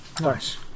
Nice